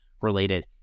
related